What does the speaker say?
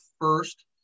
first